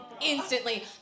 instantly